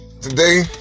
Today